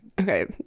okay